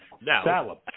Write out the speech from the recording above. Now